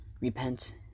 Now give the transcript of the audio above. repent